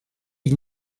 ils